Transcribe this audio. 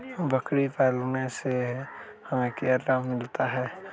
बकरी पालने से हमें क्या लाभ मिलता है?